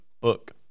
book